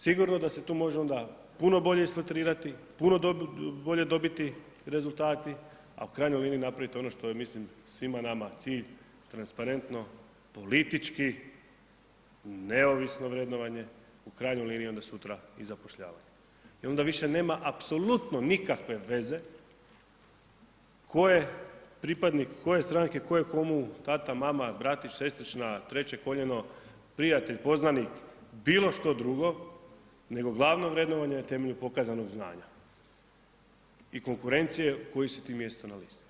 Sigurno da se tu može onda puno bolje isfiltrirati, puno bolje dobiti rezultati, a u krajnjoj liniji napraviti ono što je mislim svima nama cilj, transparentno, politički, neovisno vrednovanje, u krajnjoj liniji onda sutra i zapošljavanje i onda više nema apsolutno nikakve veze tko je pripadnik koje stranke, tko je komu tata, mama, bratić, sestrična, treće koljeno, prijatelj, poznanik, bilo što drugo, nego glavno vrednovanje na temelju pokazanog znanja i konkurencije koje si ti mjesto na listi.